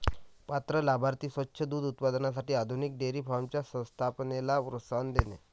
पात्र लाभार्थी स्वच्छ दूध उत्पादनासाठी आधुनिक डेअरी फार्मच्या स्थापनेला प्रोत्साहन देणे